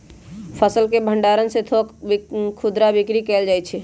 फसल के भण्डार से थोक खुदरा बिक्री कएल जाइ छइ